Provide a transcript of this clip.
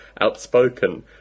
outspoken